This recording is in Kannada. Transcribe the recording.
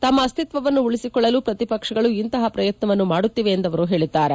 ತಮ್ಮ ಅಸ್ತಿತ್ವವನ್ನು ಉಳಿಬಿಕೊಳ್ಳಲು ಪ್ರತಿಪಕ್ಷಗಳು ಇಂತಹ ಪ್ರಯತ್ನವನ್ನು ಮಾಡುತ್ತಿವೆ ಎಂದು ಅವರು ಹೇಳಿದ್ದಾರೆ